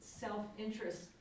self-interest